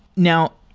now,